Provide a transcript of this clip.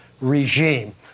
regime